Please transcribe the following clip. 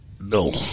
No